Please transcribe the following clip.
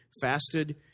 fasted